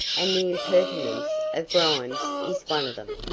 and the impertinence of grimes is one of them.